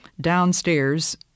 Downstairs